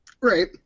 right